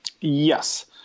Yes